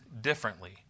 differently